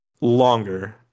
longer